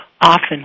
Often